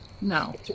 no